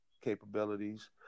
capabilities